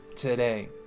today